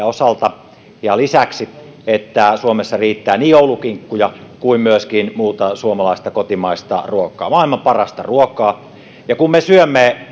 osalta ja lisäksi että suomessa riittää niin joulukinkkuja kuin myöskin muuta suomalaista kotimaista ruokaa maailman parasta ruokaa ja kun me syömme